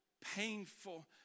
painful